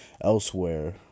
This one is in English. elsewhere